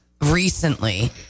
recently